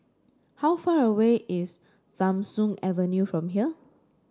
how far away is Tham Soong Avenue from here